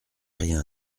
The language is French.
rien